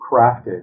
crafted